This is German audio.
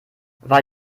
weil